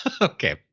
okay